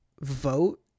vote